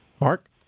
Mark